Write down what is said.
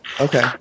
Okay